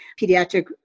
pediatric